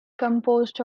composed